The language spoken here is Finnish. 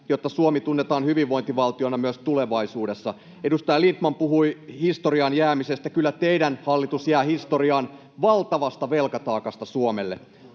jotta Suomi tunnetaan hyvinvointivaltiona myös tulevaisuudessa. Edustaja Lindtman puhui ”historiaan jäämisestä”. Kyllä teidän hallitus jää historiaan valtavasta velkataakasta Suomelle.